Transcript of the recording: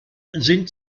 sind